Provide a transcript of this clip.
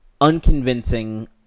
unconvincing